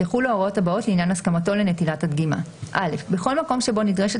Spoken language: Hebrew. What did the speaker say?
יחולו ההוראות הבאות לעניין הסכמתו לנטילת הדגימה: בכל מקום שבו נדרשת